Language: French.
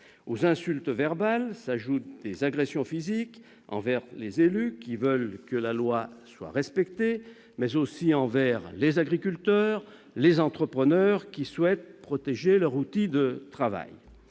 Aux insultes s'ajoutent des agressions physiques envers les élus, qui veulent que la loi soit respectée, mais aussi envers les agriculteurs, les entrepreneurs, qui souhaitent protéger leur outil de travail.